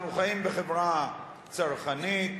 אנחנו חיים בחברה צרכנית,